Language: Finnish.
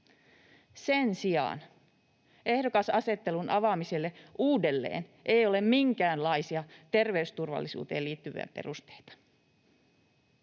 Sen sijaan ehdokasasettelun avaamiselle uudelleen ei ole minkäänlaisia terveysturvallisuuteen liittyviä perusteita.